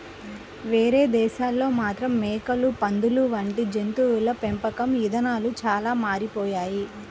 వేరే దేశాల్లో మాత్రం మేకలు, పందులు వంటి జంతువుల పెంపకం ఇదానాలు చానా మారిపోయాయి